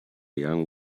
young